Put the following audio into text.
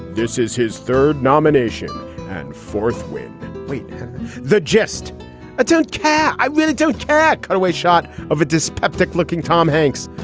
this is his third nomination and fourth win the gist i don't care. i really don't care. at kind of a shot of a dyspeptic looking tom hanks.